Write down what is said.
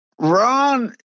Ron